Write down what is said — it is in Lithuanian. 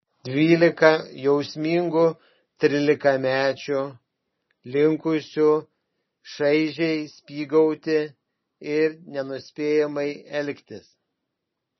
dvylika jausmingų trylikamečių linkusių šaižiai spygauti ir nenuspėjamai elgtis